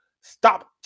stop